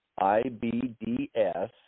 IBDS